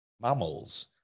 mammals